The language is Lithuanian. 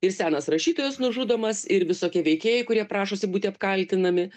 ir senas rašytojas nužudomas ir visokie veikėjai kurie prašosi būti apkaltinami